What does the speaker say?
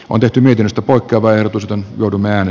on täytynyt josta poikkeavaa ehdotusten lukumäärä